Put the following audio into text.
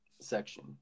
section